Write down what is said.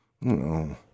No